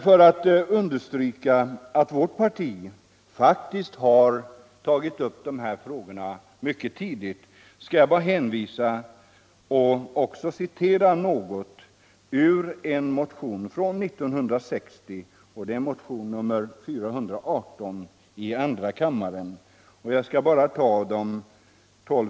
För att understryka att vårt parti faktiskt har tagit upp denna fråga mycket tidigt skall jag emellertid citera ur motionen 418 i andra kammaren år 1960.